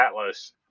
Atlas